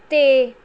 ਤੇ